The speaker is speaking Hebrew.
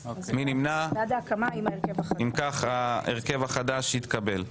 הצבעה נתקבלה אם כך, ההרכב החדש התקבל.